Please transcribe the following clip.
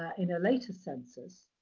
ah in a later census,